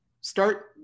start